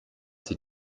sie